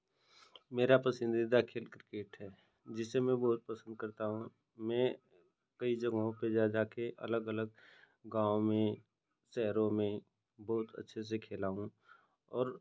मेरा पसंदीदा खेल क्रिकेट है जिसे मैं बहोत पसंद करता हूँ मैं कई जगहों पर जा जा कर अलग अलग गाँव में शहरों में बहुत अच्छे से खेला हूँ और